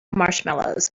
marshmallows